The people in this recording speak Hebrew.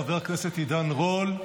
ראשון הדוברים,